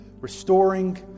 restoring